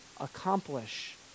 accomplish